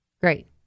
Great